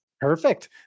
Perfect